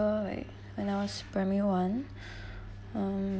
like when I was primary one